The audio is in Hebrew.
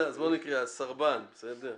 הסרבן, בסדר?